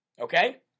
Okay